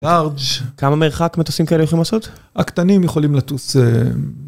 כמה מרחק מטוסים כאלה יכולים לעשות? הקטנים יכולים לטוס